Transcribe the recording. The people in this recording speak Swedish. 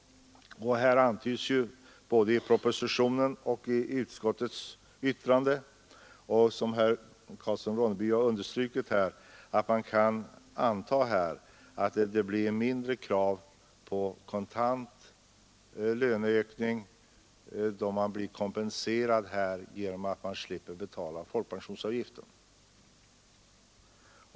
Det antyds både i propositionen och i utskottets skrivning, som understrukits av herr Karlsson i Ronneby, att man kan anta att kraven på kontantlöneökning kommer att bli lägre genom avskaffandet av folkpensionsavgiften.